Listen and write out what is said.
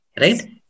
right